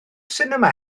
sinema